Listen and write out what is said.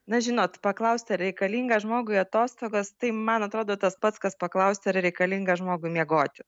na žinot paklaust ar reikalinga žmogui atostogos tai man atrodo tas pats kas paklausti ar reikalinga žmogui miegoti